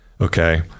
okay